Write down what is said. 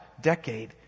decade